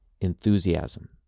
enthusiasm